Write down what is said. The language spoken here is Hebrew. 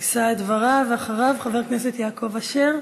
יישא את דבריו, ואחריו, חבר הכנסת יעקב אשר,